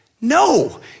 No